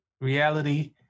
Reality